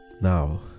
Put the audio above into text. Now